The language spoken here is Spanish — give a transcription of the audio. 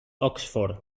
oxford